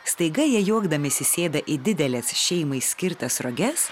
staiga jie juokdamiesi sėda į dideles šeimai skirtas roges